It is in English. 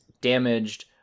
damaged